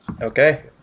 Okay